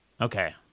Okay